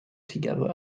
together